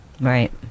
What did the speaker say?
right